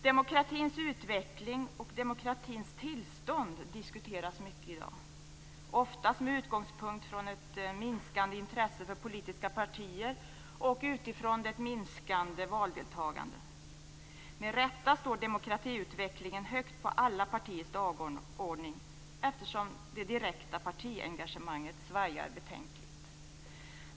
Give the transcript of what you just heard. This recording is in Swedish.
Demokratins utveckling och demokratins tillstånd diskuteras mycket i dag, oftast med utgångspunkt i ett minskande intresse för politiska partier och i ett minskande valdeltagande. Med rätta står demokratiutvecklingen högt på alla partiers dagordning eftersom det direkta partiengagemanget betänkligt svajar.